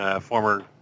former